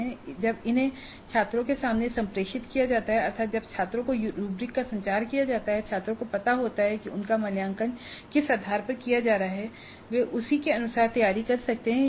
और जब इन्हें छात्रों के सामने संप्रेषित किया जाता है अर्थात जब छात्रों को रूब्रिक का संचार किया जाता है छात्रों को पता होता है कि उनका मूल्यांकन किस आधार पर किया जा रहा है और वे उसी के अनुसार तैयारी कर सकते हैं